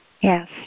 Yes